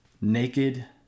naked